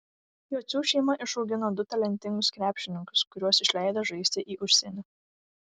jocių šeima išaugino du talentingus krepšininkus kuriuos išleido žaisti į užsienį